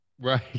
Right